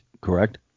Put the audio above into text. correct